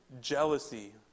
jealousy